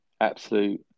absolute